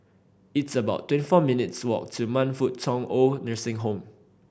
it's about twenty four minutes' walk to Man Fut Tong OId Nursing Home